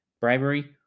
Bribery